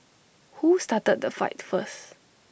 who started the fight first